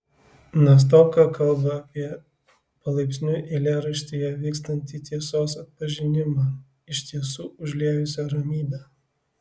nastopka kalba apie palaipsniui eilėraštyje vykstantį tiesos atpažinimą iš tiesų užliejusią ramybę